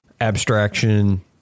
abstraction